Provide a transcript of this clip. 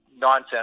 nonsense